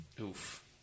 Oof